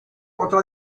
otra